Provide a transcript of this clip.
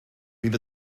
bydd